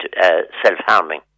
self-harming